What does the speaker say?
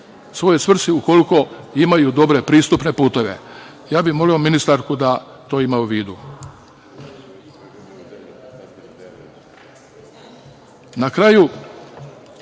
svojoj svrsi, ukoliko imaju dobre pristupne puteve. Ja bih molio ministarku da to ima u vidu. Na kraju,